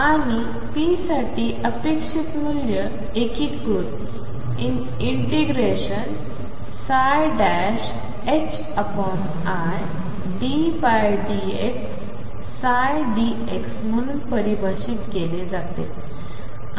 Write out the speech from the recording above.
आणि p साठी अपेक्षित मूल्य एकीकृत ∫iddxψdx म्हणून परिभाषित केले गेले